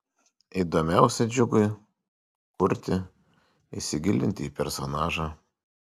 įdomiausia džiugui kurti įsigilinti į personažą